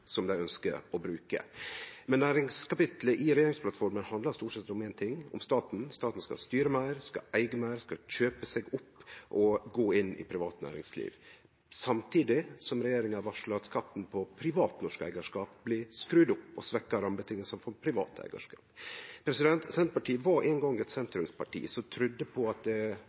som dei ønskjer å bruke. Næringskapittelet i regjeringsplattforma handlar stort sett om éin ting: staten. Staten skal styre meir, skal eige meir, skal kjøpe seg opp og gå inn i privat næringsliv, samtidig som regjeringa varslar at skatten på privat norsk eigarskap blir skrudd opp og svekkjer rammevilkåra for privat eigarskap. Senterpartiet var ein gong eit sentrumsparti som trudde på at det